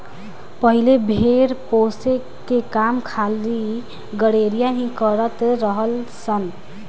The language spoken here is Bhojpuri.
पहिले भेड़ पोसे के काम खाली गरेड़िया ही करत रलन सन